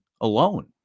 alone